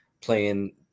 playing